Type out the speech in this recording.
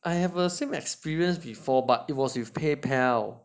I have a same experience before but it was with Paypal